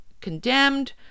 condemned